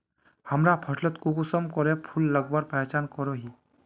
हमरा फसलोत कुंसम करे फूल लगवार पहचान करो ही?